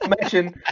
mention